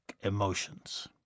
emotions